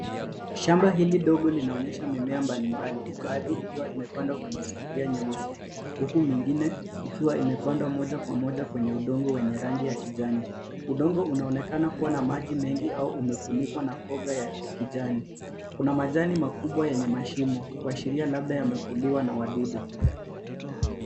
Shamba hili dogo linaonyesha mimea mbalimbali baadhi ikiwa imepandwa kwenye sufuria nyeusi huku mengine ikiwa imepandwa moja kwa moja kwenye udongo wenye rangi ya kijani. Udongo unaonekana kuwa na maji mengi au umefunikwa na koga ya kijani. Kuna majani makubwa yenye mashimo kuashiria labda yamekuliwa na wadudu.